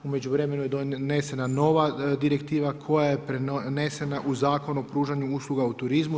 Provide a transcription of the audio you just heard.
U međuvremenu je donesena nova direktiva koja je prenesena u Zakon o pružanju usluga u turizmu.